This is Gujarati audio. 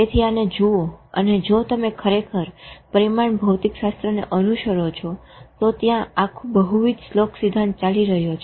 તેથી આને જુઓ અને જો તમે ખરેખર પરિમાણ ભૌતિકશાસ્ત્રને અનુસરો છો તો ત્યાં આખું બહુવિધ શ્લોક સિદ્ધાંત ચાલી રહ્યો છે